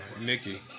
Nikki